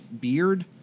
beard